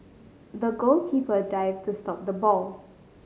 the goalkeeper dived to stop the ball